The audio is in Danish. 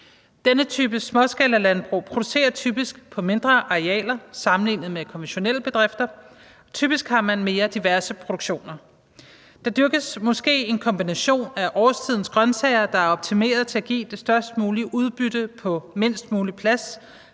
Denne type småskalalandbrug producerer typisk på mindre arealer sammenlignet med konventionelle bedrifter. Typisk har man mere diverse produktioner. Der dyrkes måske en kombination af årstidens grønsager, der er optimeret til at give det størst mulige udbytte på mindst mulig plads,